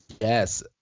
Yes